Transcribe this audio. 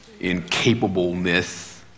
incapableness